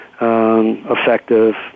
effective